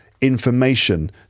information